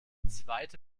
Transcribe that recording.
zweite